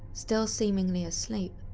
still seemingly asleep,